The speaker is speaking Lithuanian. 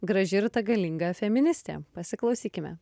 graži ir ta galinga feministė pasiklausykime